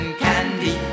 candy